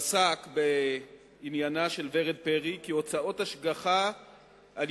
פסק בעניינה של ורד פרי כי הוצאות השגחה על